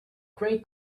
gray